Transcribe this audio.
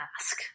ask